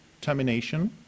termination